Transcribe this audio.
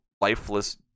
lifeless